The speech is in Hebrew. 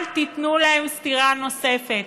אל תיתנו להם סטירה נוספת.